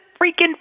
freaking